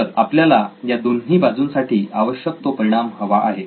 तर आपल्याला या दोन्ही बाजूंसाठी आवश्यक तो परिणाम हवा आहे